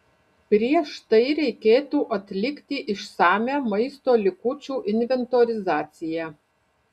prieš tai reikėtų atlikti išsamią maisto likučių inventorizacija